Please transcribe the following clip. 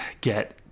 get